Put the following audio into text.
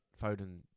Foden